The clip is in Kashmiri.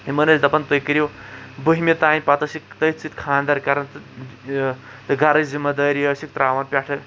یِمن ٲسۍ دَپان تُہۍ کٔرِو بہمہِ تانۍ پَتہٕ أسِکھ تَتھۍ سۭتۍ خانٛدر کران تہٕ گرٕچ زِمہٕ دٲری ٲسِک تراوان پٮ۪ٹھٕ